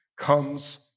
comes